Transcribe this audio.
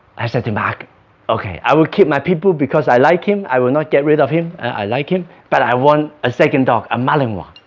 i said to mark. okay, i will keep my pitbull because i like him i will not get rid of him i like him, but i want a second dog, a malinois